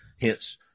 Hence